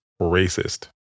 racist